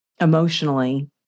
emotionally